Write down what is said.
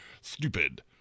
stupid